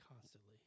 constantly